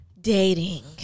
dating